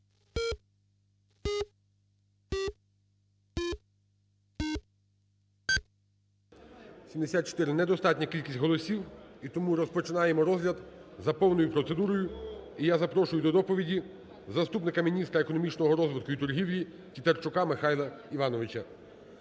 74. Недостатня кількість голосів. І тому розпочинаємо розгляд за повною процедурою. І я запрошую до доповіді заступника міністра економічного розвитку і торгівлі Тітарчука Михайла Івановича.